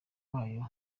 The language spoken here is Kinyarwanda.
wayo